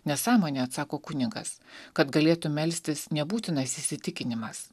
nesąmonė atsako kunigas kad galėtum melstis nebūtinas įsitikinimas